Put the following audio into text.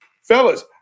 Fellas